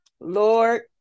Lord